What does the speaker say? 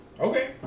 Okay